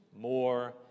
more